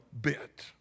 bit